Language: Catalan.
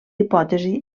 hipòtesi